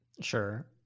Sure